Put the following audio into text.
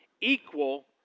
equal